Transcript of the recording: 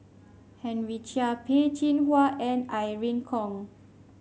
Henry Chia Peh Chin Hua and Irene Khong